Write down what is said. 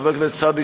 חבר הכנסת סעדי,